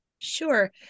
Sure